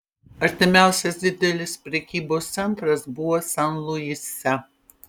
artimiausias didelis prekybos centras buvo sen luise